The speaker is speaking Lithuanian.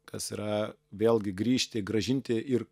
kas yra vėlgi grįžti grąžinti ir